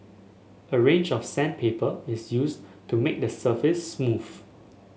a range of sandpaper is used to make the surface smooth